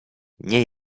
nie